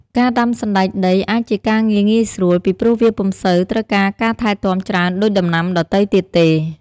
ការដាំសណ្តែកដីអាចជាការងារងាយស្រួល ពីព្រោះវាពុំសូវត្រូវការការថែទាំច្រើនដូចដំណាំដទៃទៀតទេ។